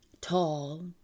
tall